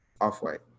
Off-white